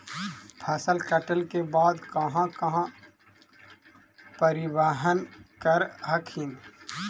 फसल कटल के बाद कहा कहा परिबहन कर हखिन?